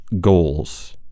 goals